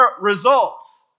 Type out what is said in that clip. results